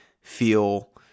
feel